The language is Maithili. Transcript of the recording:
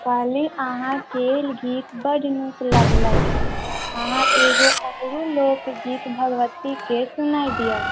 कहली अहाँके गीत बड़ नीक लगलै अहाँ एगो आओर लोकगीत भगवतीके सुना दिऔ